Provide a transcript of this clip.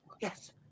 Yes